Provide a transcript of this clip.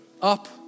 up